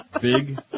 Big